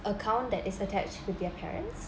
account that is attached with their parents